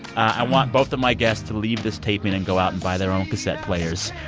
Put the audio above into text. i want both of my guests to leave this taping and go out and buy their own cassette players.